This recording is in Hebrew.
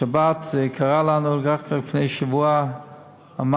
השבת יקרה לנו, רק לפני שבוע אמרנו: